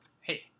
Hey